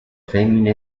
femmine